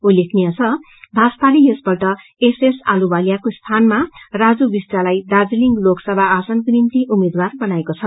उल्लेखनीय छ भाजपाले यसपल्ट एसएस अहलुवालियको स्थानमा राजु विष्टलाई दार्जीलिङ लोकसभा आसनको निम्ति उम्मेद्वार बनाएको छ